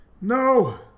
no